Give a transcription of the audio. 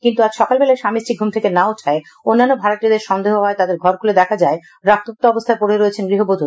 কিন্তু আজ সকালবেলায় স্বামী স্ত্রী ঘুম থেকে না উঠায় অন্যান্য ভাডাটিয়াদের সন্দেহ হওয়ায় তাদের ঘর খুলে দেখা যায় রক্তাত্ত অবস্থায় পড়ে রয়েছেন গৃহবধূ